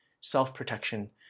self-protection